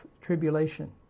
tribulation